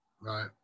right